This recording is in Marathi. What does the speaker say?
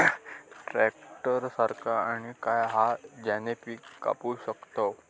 ट्रॅक्टर सारखा आणि काय हा ज्याने पीका कापू शकताव?